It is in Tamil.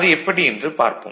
அது எப்படி என்று பார்ப்போம்